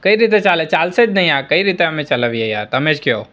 કઈ રીતે ચાલે ચાલશે જ નહીં આ કઈ રીતે અમે ચલાવીએ યાર તમે જ કહો